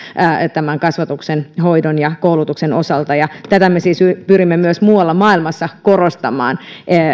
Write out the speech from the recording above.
kasvatuksen hoidon ja koulutuksen osalta tätä me siis pyrimme myös muualla maailmassa korostamaan